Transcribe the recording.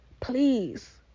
Please